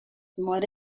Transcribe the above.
what